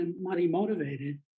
money-motivated